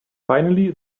finally